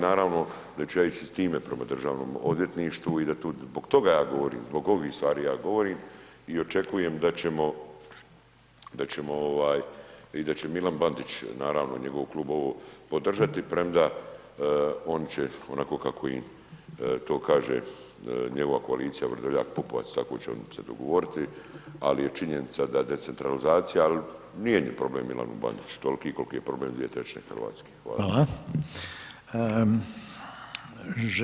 Naravno da ću ja ići s time prema državnom odvjetništvu i da tu, zbog toga ja govorim, zbog ovih stvari ja govorim i očekujem da ćemo, da ćemo ovaj, i da će Milan Bandić naravno njegov klub ovo podržati premda on će, onako kako im to kaže njegova koalicija Vrdoljak, Pupovac tako će oni se dogovoriti, ali je činjenica da decentralizacija, al nije ni problem Milanu Bandiću tolki kolki je problem 2/3 Hrvatske.